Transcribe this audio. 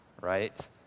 right